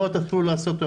תתחילו לאסוף,